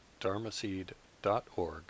dharmaseed.org